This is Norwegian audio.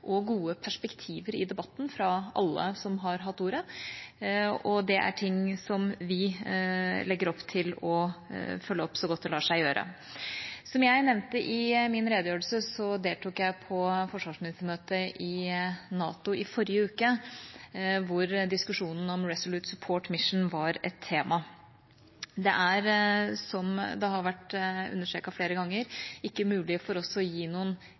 og gode perspektiver i debatten fra alle som har hatt ordet, og det er ting som vi legger opp til å følge opp så godt det lar seg gjøre. Som jeg nevnte i min redegjørelse, deltok jeg på forsvarsministermøtet i NATO i forrige uke, hvor diskusjonen om Resolute Support mission var et tema. Det er, som det har vært understreket flere ganger, ikke mulig for oss å gi noen